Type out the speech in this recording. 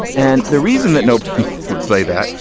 and the reason that nobody would say that,